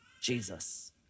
Jesus